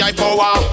power